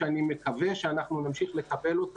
שאני מקווה שנמשיך לקבל,